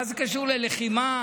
מה זה קשור ללחימה?